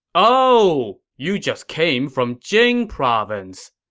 ohhhh, you just came from jing province!